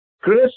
Chris